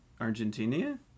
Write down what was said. Argentina